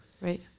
Right